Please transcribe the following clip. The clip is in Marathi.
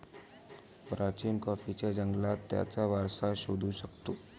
प्राचीन कॉफीच्या जंगलात त्याचा वारसा शोधू शकतो